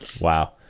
wow